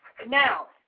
Now